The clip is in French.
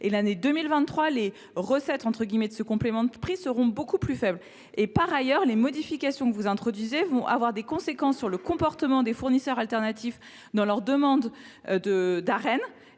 En 2023, les « recettes » tirées de ce complément de prix seront beaucoup plus faibles. Par ailleurs, les modifications que vous introduisez vont avoir des conséquences sur le comportement des fournisseurs alternatifs dans le cadre de